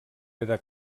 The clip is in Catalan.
era